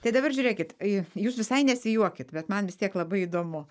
tai dabar žiūrėkit jūs visai nesijuokit bet man vis tiek labai įdomu